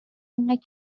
انقدر